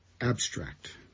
Abstract